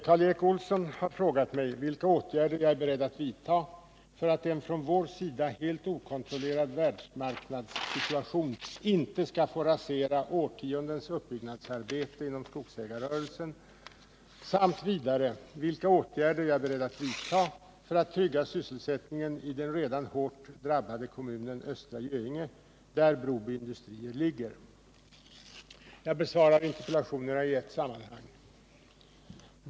Karl Erik Olsson har frågat mig vilka åtgärder jag är beredd att vidta för att en från vår sida helt okontrollerbar världsmarknadssituation inte skall få rasera årtiondens uppbyggnadsarbete inom skogsägarrörelsen samt vidare vilka åtgärder jag är beredd att vidta för att trygga sysselsättningen i den redan tidigare hårt drabbade kommunen Östra Göinge, där Broby Industrier ligger. Jag besvarar interpellationerna i ett sammanhang.